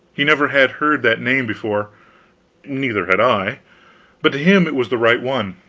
he never had heard that name before neither had i but to him it was the right one.